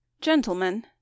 gentlemen